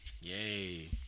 yay